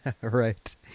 Right